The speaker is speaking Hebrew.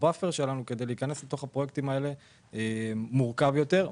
הבאפר שלנו כדי להיכנס לתוך הפרויקטים האלה מורכב יותר.